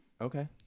Okay